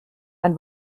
ein